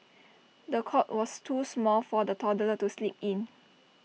the cot was too small for the toddler to sleep in